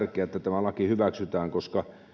äärimmäisen tärkeää että tämä laki hyväksytään koska